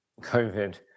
COVID